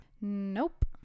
Nope